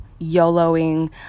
YOLOing